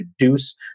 reduce